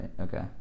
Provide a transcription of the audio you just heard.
okay